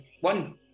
one